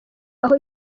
aho